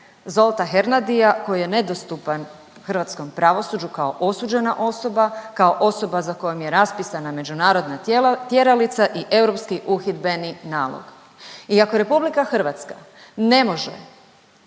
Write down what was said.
Zsolta Hernadija koji je nedostupan hrvatskom pravosuđu kao osuđena osoba, kao osoba za kojom je raspisana međunarodna tjeralica i europski uhidbeni nalog. I ako RH ne može